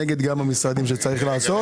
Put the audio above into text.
נגד גם המשרדים שצריך לעשות.